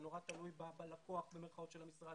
זה נורא תלוי ב"לקוח" של המשרד,